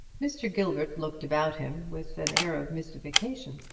mr. gilbert looked about him with an air of mystification.